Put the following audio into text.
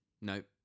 Nope